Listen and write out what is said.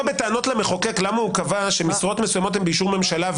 בטענות למחוקק למה הוא קבע שמשרות מסוימות הן באישור ממשלה,